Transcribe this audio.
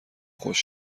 خوش